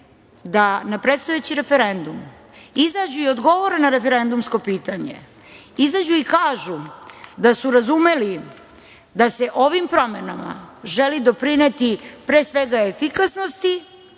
da na predstojeći referendum izađu i odgovore na referendumsko pitanje, izađu i kažu da su razumeli da se ovim promenama želi doprineti pre svega efikasnosti